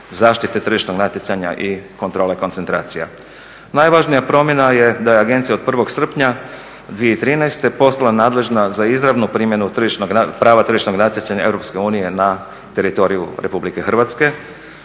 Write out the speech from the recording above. zaštite tržišnog natjecanja i kontrole koncentracija. Najvažnija promjena je da je agencija od 1.srpnja 2013.postala nadležna za izravnu primjenu prava tržišnog natjecanja EU na teritoriju RH. Tako